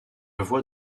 voix